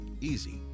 easy